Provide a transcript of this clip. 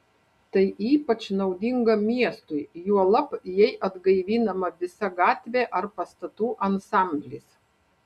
tai ypač naudinga miestui juolab jei atgaivinama visa gatvė ar pastatų ansamblis